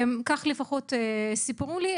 כך לפחות סיפרו לי,